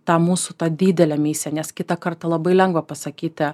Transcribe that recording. tą mūsų tą didelę misiją nes kitą kartą labai lengva pasakyti